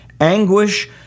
anguish